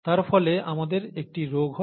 তার ফলে আমাদের একটি রোগ হয়